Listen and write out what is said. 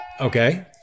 Okay